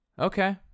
Okay